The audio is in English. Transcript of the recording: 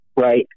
Right